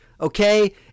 Okay